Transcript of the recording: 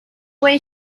way